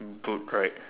boot right